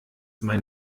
mein